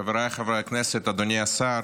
חבריי חברי הכנסת, אדוני השר,